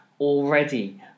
already